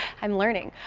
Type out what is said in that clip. i'm learning!